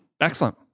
Excellent